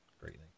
greatly